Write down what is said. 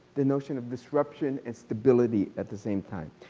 the notion of disruption and stability at the same time.